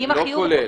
לא כולל.